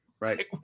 Right